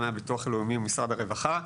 גם הביטוח הלאומי ומשרד הרווחה.